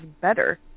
better